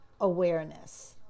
awareness